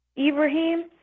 Ibrahim